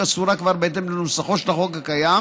אסורה כבר בהתאם לנוסחו של החוק הקיים,